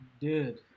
dude